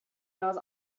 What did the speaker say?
knows